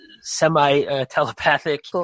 semi-telepathic